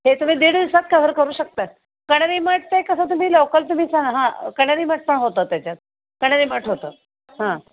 हे तुम्ही दीड दिवसात कवर करू शकतात कन्हेरी मठ ते कसं तुम्ही लोकल तुम्ही सांगा हां कन्हेरी मठ पण होता त्याच्यात कन्हेरी मठ होतं हां